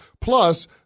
Plus